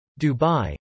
Dubai